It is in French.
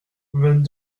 vingt